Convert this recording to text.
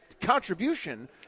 contribution